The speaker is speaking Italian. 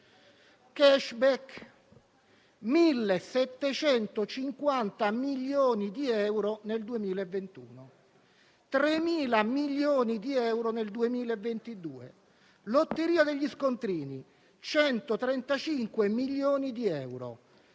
*Cashback*: 1.750 milioni di euro nel 2021, 3.000 milioni di euro nel 2022. Lotteria degli scontrini: 135 milioni di euro.